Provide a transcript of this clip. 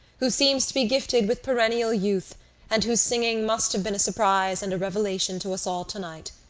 who seems to be gifted with perennial youth and whose singing must have been a surprise and a revelation to us all tonight,